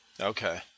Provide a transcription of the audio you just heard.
okay